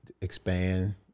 expand